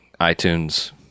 iTunes